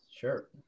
sure